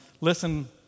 listen